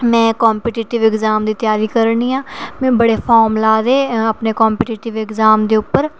में competitive exam दी त्यारी करानी आं में बड़े फॉर्म लाए दे अपने कम्पीटैटिव एग्ज़ाम दे उप्पर